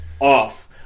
off